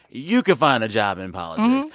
you can find a job in politics.